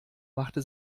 machte